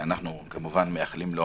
שאנחנו כמובן מאחלים לו